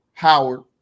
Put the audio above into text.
Howard